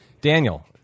Daniel